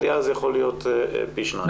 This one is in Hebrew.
עלייה זה יכול להיות פי שניים.